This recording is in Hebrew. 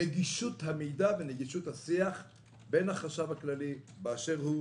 נגישות המידע ונגישות השיח בין החשב הכללי באשר הוא